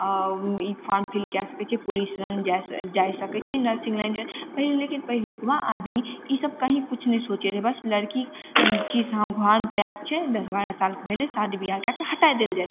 ई form fill करि सकय छही पुलिस लाइन जाइ सक जाइ सकय छही नर्सिंग लाइन जाइ सकय छही पहिले लेकिन पहिलुकवा आदमी ईसब कहीं किछु नह सोचय रहय बस लड़की चीज हँ घरमे पैक छै दस बारह सालके भेलय शादी बियाह कएके हटाय देल जाइ रहय